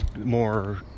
more